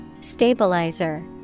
Stabilizer